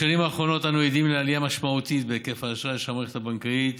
בשנים האחרונות אנו עדים לעלייה משמעותית בהיקף האשראי שהמערכת הבנקאית